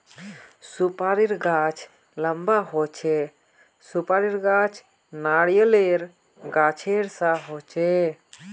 सुपारीर गाछ लंबा होचे, सुपारीर गाछ नारियालेर गाछेर सा होचे